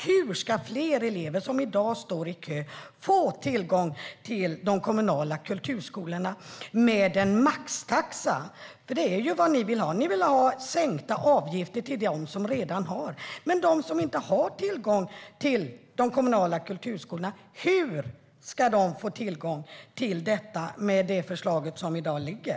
Hur ska fler elever som i dag står i kö få tillgång till de kommunala kulturskolorna med en hjälp av en maxtaxa? Det är vad ni vill ha. Ni vill ha sänkta avgifter för dem som redan har. Men hur ska de som inte har tillgång till de kommunala kulturskolorna få det med det förslag som i dag föreligger?